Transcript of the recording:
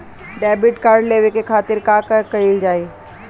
Debit card लेवे के खातिर का कइल जाइ?